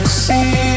see